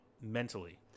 mentally